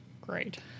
Great